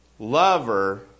Lover